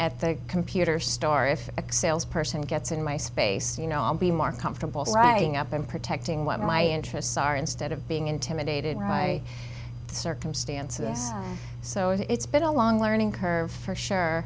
at the computer store if x sales person gets in my space you know i'll be more comfortable staying up and protecting what my interests are instead of being intimidated by circumstances so it's been a long learning curve for sure